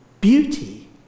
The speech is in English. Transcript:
beauty